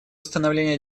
установления